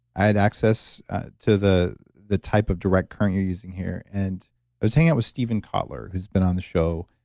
i had access to the the type of direct current you're using here. and i was hanging out with stephen kotler, who's been on the show.